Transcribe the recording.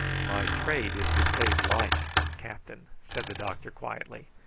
my trade is to save life, captain, said the doctor quietly.